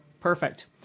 perfect